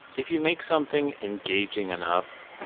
if you make something engaging enough,